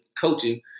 coaching